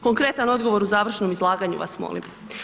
Konkretan odgovor u završnom izlaganju vas molim.